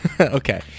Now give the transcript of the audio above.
Okay